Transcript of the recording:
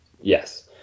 Yes